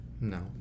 No